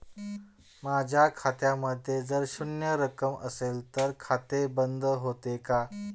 माझ्या खात्यामध्ये जर शून्य रक्कम असेल तर खाते बंद होते का?